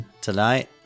tonight